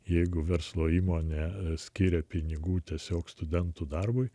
jeigu verslo įmonė skiria pinigų tiesiog studentų darbui